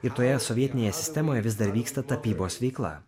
ir toje sovietinėje sistemoje vis dar vyksta tapybos veikla